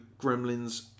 Gremlins